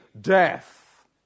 death